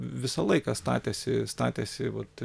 visą laiką statėsi statėsi vat